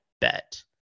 bet